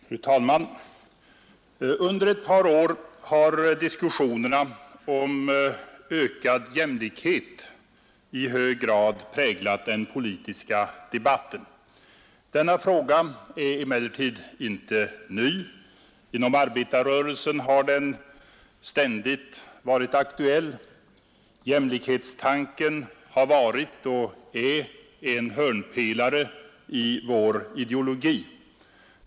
Fru talman! Under ett par år har diskussionerna om ökad jämlikhet i hög grad präglat den politiska debatten. Denna fråga är emellertid inte ny. Inom arbetarrörelsen har den ständigt varit aktuell. Jämlikhetstanken har varit och är en hörnpelare i vår ideologi.